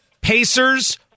Pacers